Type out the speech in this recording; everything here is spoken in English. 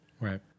Right